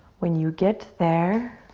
when you get there,